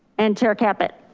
and chair caput.